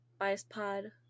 Biaspod